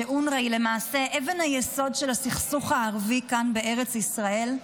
שאונר"א היא למעשה אבן היסוד של הסכסוך הערבי כאן בארץ ישראל,